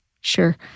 Sure